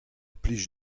plij